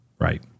Right